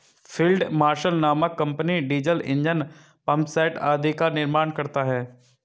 field marshal नामक company diesel engine, pump set आदि का निर्माण करता है